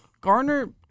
Garner